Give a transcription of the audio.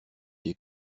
des